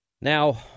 now